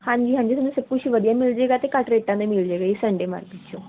ਹਾਂਜੀ ਹਾਂਜੀ ਤੁਹਾਨੂੰ ਸਭ ਕੁਛ ਵਧੀਆ ਮਿਲ ਜਾਏਗਾ ਅਤੇ ਘੱਟ ਰੇਟਾਂ 'ਤੇ ਮਿਲ ਜਾਏਗਾ ਜੀ ਸੰਡੇ ਮਾਰਕਿਟ 'ਚੋਂ